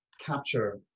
capture